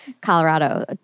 Colorado